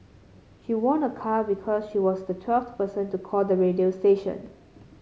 she won a car because she was the twelfth person to call the radio station